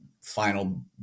final